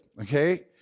okay